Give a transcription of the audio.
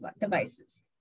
devices